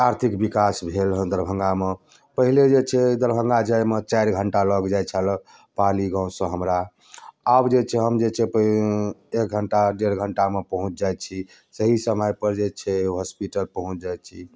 आर्थिक विकास भेल है दरभङ्गामे पहले जे छै दरभङ्गा जायमे चारि घंटा लागि जाइत छेलै पाली गाँव सऽ हमरा आब जे छै हम जे छै एक घंटा डेढ़ घंटामे पहुँच जाइत छी सही समय पर जे छै हॉस्पिटल पहुँच जाइत छी